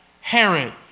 Herod